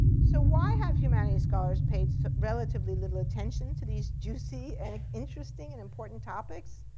so why have humanities scholars paid relatively little attention to these juicy, and interesting, and important topics?